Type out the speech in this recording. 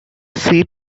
seat